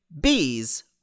Bees